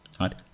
right